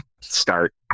start